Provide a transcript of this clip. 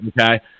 Okay